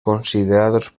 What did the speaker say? considerados